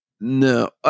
No